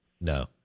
no